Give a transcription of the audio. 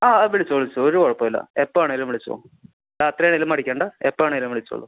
ആ വിളിച്ചോ വിളിച്ചോ ഒരു കുഴപ്പവും ഇല്ല എപ്പം വേണമെങ്കിലും വിളിച്ചോ രാത്രിയാണെങ്കിലും മടിക്കേണ്ട എപ്പം വേണമെങ്കിലും വിളിച്ചോളു